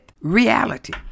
reality